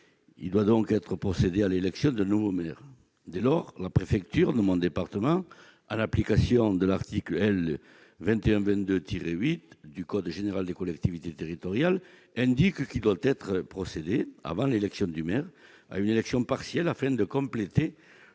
il doit donc être procédé à l'élection de nouveau maire, dès lors, la préfecture demande département à l'application de l'article L 21 22 tiré 8 du code général des collectivités territoriales, indique qu'il doit être procédé avant l'élection du maire à une élection partielle afin de compléter